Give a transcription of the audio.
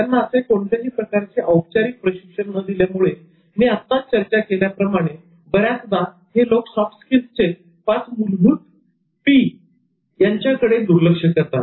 त्यांना असे कोणत्याही प्रकारचे औपचारिक प्रशिक्षण न मिळाल्यामुळे मी आत्ताच चर्चा केल्याप्रमाणे बऱ्याचदा हे लोक सॉफ्ट स्किल्सचे पाच मूलभूत 'P' कडे दुर्लक्ष करतात